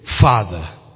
Father